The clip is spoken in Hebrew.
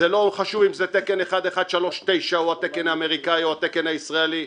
לא חשוב אם זה תקן 1139 או התקן האמריקני או התקן הישראלי.